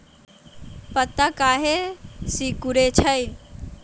पत्ता काहे सिकुड़े छई?